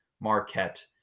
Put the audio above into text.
Marquette